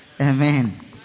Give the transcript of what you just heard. Amen